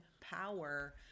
power